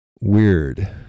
Weird